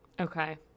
Okay